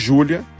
Julia